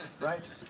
right